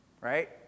Right